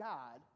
God